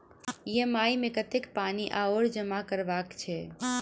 EMI मे कतेक पानि आओर जमा करबाक छैक?